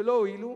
משלא הועילו,